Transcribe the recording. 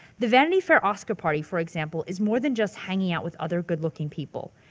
the vanity fair oscar party, for example, is more than just hanging out with other good looking people.